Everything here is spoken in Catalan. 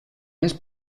més